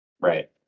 Right